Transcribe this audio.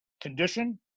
condition